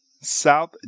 south